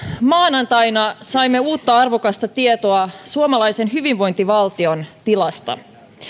maanantaina saimme uutta arvokasta tietoa suomalaisen hyvinvointivaltion tilasta